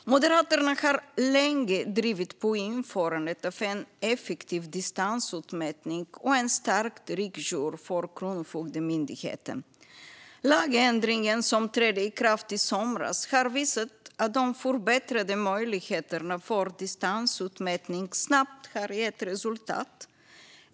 Moderaterna har länge drivit på för införandet av en effektiv distansutmätning och en stärkt riksjour för Kronofogdemyndigheten. Den lagändring som trädde i kraft i somras har visat att de förbättrade möjligheterna för distansutmätning snabbt gett resultat.